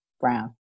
Brown